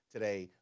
today